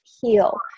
heal